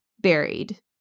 buried